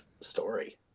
story